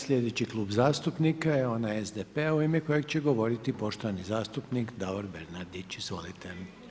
Sljedeći Klub zastupnika je onaj SDP-a u ime kojeg će govoriti poštovani zastupnik Davor Bernardić, izvolite.